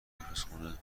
اشپزخونه